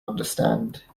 understand